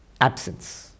absence